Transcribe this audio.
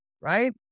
Right